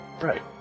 Right